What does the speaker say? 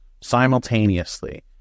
simultaneously